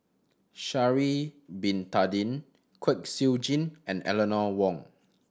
Sha'ari Bin Tadin Kwek Siew Jin and Eleanor Wong